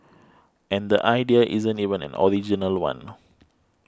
and the idea isn't even an original one